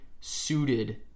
suited